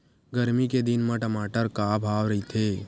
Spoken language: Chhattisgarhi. गरमी के दिन म टमाटर का भाव रहिथे?